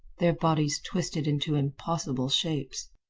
their bodies twisted into impossible shapes.